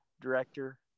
director